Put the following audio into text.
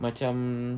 macam